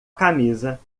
camisa